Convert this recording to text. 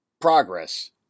progress